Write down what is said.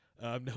No